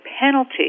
penalty